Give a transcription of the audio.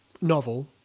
novel